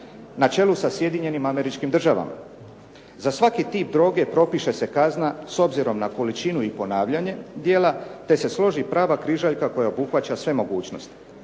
na čelu sa SAD-om. Za svaki tip droge propiše se kazna s obzirom na količinu i ponavljanje djela te se složi prava križaljka koja obuhvaća sve mogućnosti.